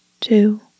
Two